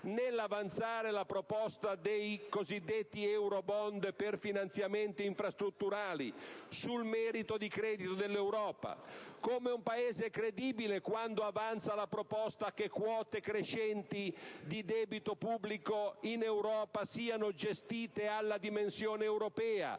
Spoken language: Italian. nell'avanzare la proposta dei cosiddetti eurobond per finanziamenti infrastrutturali, sul merito di credito dell'Europa, o nel proporre che quote crescenti di debito pubblico in Europa siano gestite alla dimensione europea,